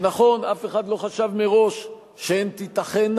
נכון, אף אחד לא חשב מראש שהן תיתכנה,